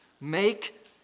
make